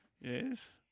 Yes